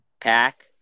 Pack